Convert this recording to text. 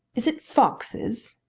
is it foxes?